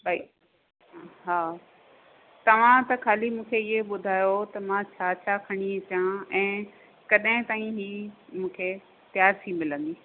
भई हा तव्हां त ख़ाली मूंखे इहो ॿुधायो त मां छा छा खणी अचां ऐंं कॾहिं ताईं ई मूंखे तयार थी मिलंदी